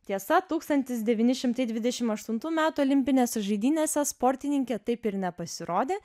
tiesa tūkstantis devyni šimtai dvidešim aštuntų metų olimpinėse žaidynėse sportininkė taip ir nepasirodė